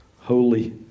Holy